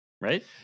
Right